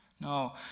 No